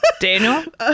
Daniel